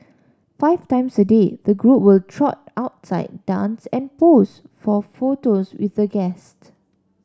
five times a day the group will trot outside dance and pose for photos with the guest